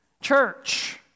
Church